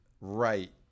Right